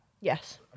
Yes